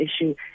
issue